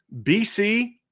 BC